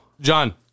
John